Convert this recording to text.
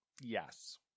Yes